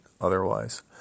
otherwise